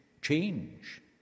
change